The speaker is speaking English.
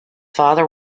father